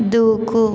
దూకు